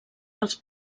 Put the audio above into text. pels